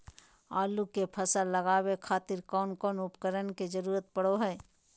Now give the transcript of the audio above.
आलू के फसल लगावे खातिर कौन कौन उपकरण के जरूरत पढ़ो हाय?